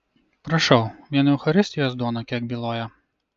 prašau vien eucharistijos duona kiek byloja